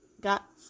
Got